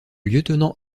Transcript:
lieutenant